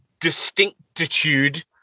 distinctitude